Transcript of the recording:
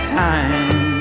time